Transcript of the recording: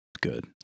good